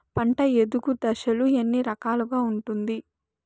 పంట ఎదుగు దశలు ఎన్ని రకాలుగా ఉంటుంది?